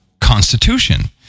constitution